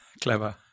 Clever